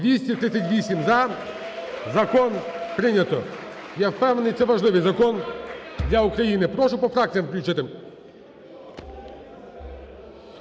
238 – за. Закон прийнято. Я впевнений це важливий закон для України. Прошу по фракціям включити.